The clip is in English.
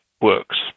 works